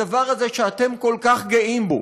הדבר הזה שאתם כל כך גאים בו,